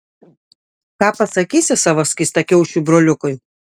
ką pasakysi savo skystakiaušiui broliukui